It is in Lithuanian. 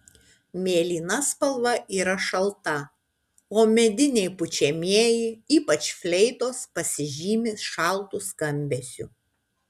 mėlyna spalva yra šalta o mediniai pučiamieji ypač fleitos pasižymi šaltu skambesiu